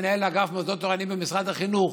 מנהל אגף מוסדות תורניים במשרד החינוך,